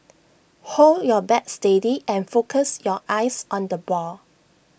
hold your bat steady and focus your eyes on the ball